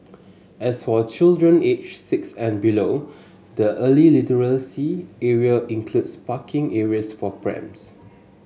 as for children aged six and below the early literacy area includes parking areas for prams